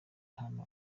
hano